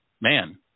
man